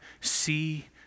see